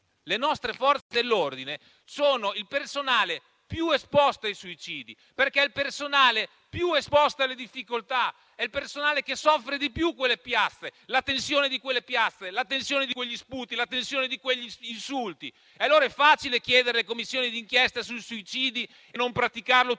Le nostre Forze dell'ordine sono il personale più esposto ai suicidi, perché è il personale più esposto alle difficoltà, è il personale che soffre di più quelle piazze, la tensione di quelle piazze, la tensione di quegli sputi, la tensione di quegli insulti. Allora è facile chiedere le commissioni di inchiesta sui suicidi e non praticarlo tutti